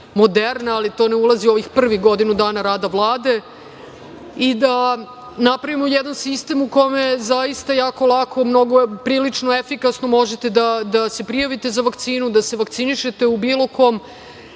„Moderna“, ali to ne ulazi u ovih prvih godinu dana rada Vlade, i da napravimo jedan sistem u kome zaista jako lako, prilično efikasno možete da se prijavite za vakcinu, da se vakcinišete u bilo kom